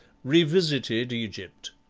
revisited egypt.